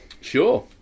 Sure